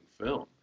film